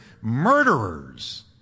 murderers